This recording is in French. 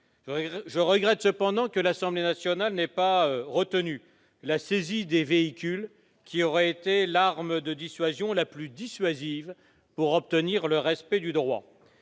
Je regrette cependant que l'Assemblée nationale n'ait pas retenu la saisie des véhicules, qui aurait été l'arme la plus dissuasive pour obtenir le respect du droit.